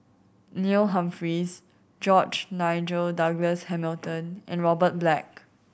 Neil Humphreys George Nigel Douglas Hamilton and Robert Black